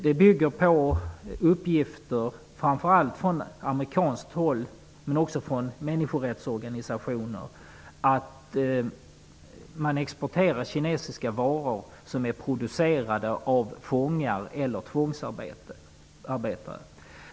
Det bygger på uppgifter, framför allt från amerikanskat håll men också från människorättsorganisationer, om att Kina exporterar varor som är producerade av fångar i tvångsarbete.